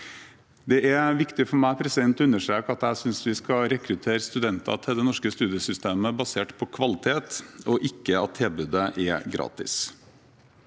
Det er viktig for meg å understreke at jeg synes vi skal rekruttere studenter til det norske studiesystemet basert på kvalitet, og ikke på at tilbudet er gratis.